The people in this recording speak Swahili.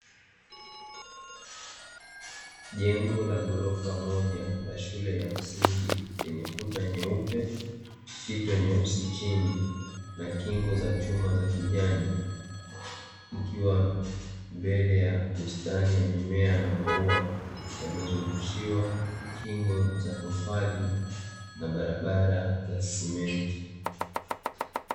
Jengo la ghorofa moja la shule ya msingi lenye kuta nyeupe, fito nyeusi chini na kingo za chuma za kijani ikiwa mbele ya bustani ya mimea na maua yaliyo zungushiwa kingo za tofari na barabara za simenti.